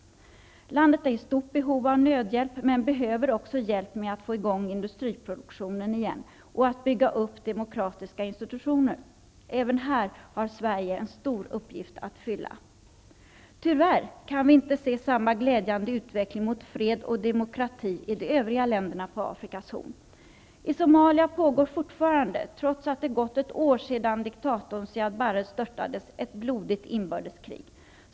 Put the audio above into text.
Landet är i stort behov av nödhjälp men behöver också hjälp med att få i gång industriproduktionen igen och att bygga upp demokratiska institutioner. Även här har Sverige en stor uppgift att fylla. Tyvärr kan vi inte se samma glädjande utveckling mot fred och demokrati i de övriga länderna på I Somalia pågår fortfarande, trots att det gått ett år sedan diktatorn Siad Barre störtades, ett blodigt inbördeskrig.